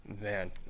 man